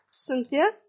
Cynthia